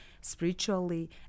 spiritually